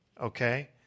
okay